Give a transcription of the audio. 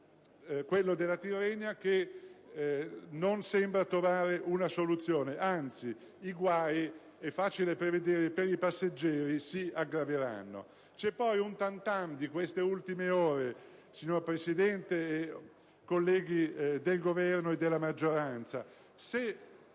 quello della Tirrenia, che non sembra trovare una soluzione, anzi è facile prevedere che i guai per i passeggeri si aggraveranno. C'è poi un forte tam tam di queste ultime ore, signor Presidente, colleghi del Governo e della maggioranza: se